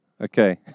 Okay